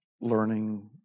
learning